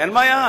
אין בעיה.